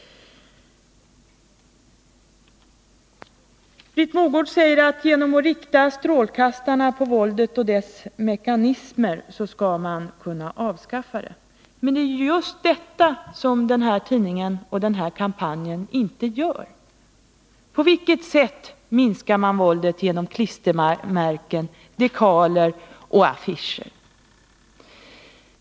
Britt Mogård säger att genom att rikta strålkastarna på våldet och dess mekanismer skall man kunna avskaffa våldet. Men det är just detta som den här tidningen och den här kampanjen inte gör. På vilket sätt minskar man våldet genom klistermärken, dekaler och affischer?